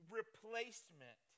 replacement